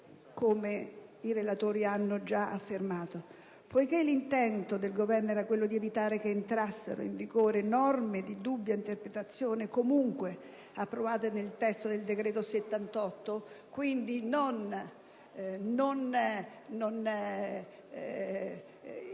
come i relatori hanno già affermato. Poiché l'intento del Governo era quello di evitare che entrassero in vigore norme di dubbia interpretazione, comunque approvate nel testo del decreto-legge n.